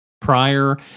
prior